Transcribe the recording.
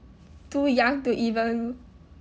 too young to even